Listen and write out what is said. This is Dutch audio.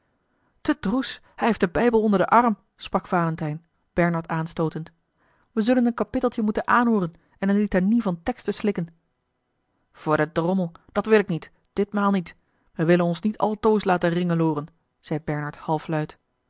te droes hij heeft den bijbel onder den arm sprak valentijn bernard aanstootend we zullen een kapitteltje moeten aanhooren en eene litanie van teksten slikken voor den drommel dat wil ik niet ditmaal niet wij willen ons niet altoos laten ringelooren zei bernard halfluid